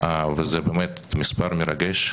וזה באמת מספר מרגש,